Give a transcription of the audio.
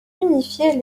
unifier